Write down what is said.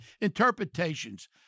interpretations